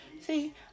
See